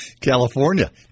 California